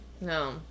no